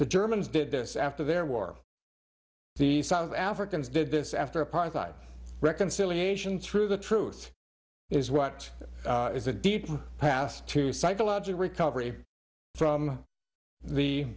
the germans did this after their war the south africans did this after apartheid reconciliation through the truth is what is a deep past to psychological recovery from the